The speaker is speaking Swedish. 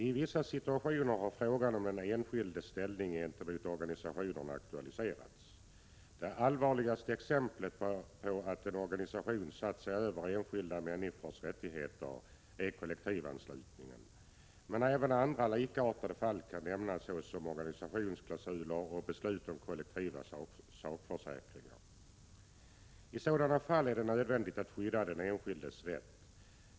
I vissa situationer har frågan om den enskildes ställning gentemot organisationen aktualiserats. Det allvarligaste exemplet på att en organisation satt sig över enskilda människors rättigheter är kollektivanslutningen till politiskt parti. Men även andra likartade fall kan nämnas såsom organisationsklausul, och beslut om kollektiv sakförsäkring. I sådana fall är det nödvändigt att skydda den enskildes rätt.